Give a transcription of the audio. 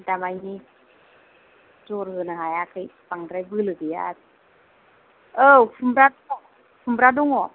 दामानि जर होनो हायाखै बांद्राय बोलो गैया आरो औ खुमब्रा दं खुमब्रा दङ